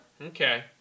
Okay